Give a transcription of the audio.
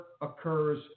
occurs